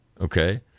Okay